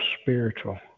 spiritual